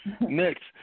Next